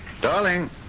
Darling